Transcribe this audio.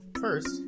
First